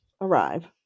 arrive